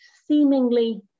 seemingly